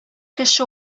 кеше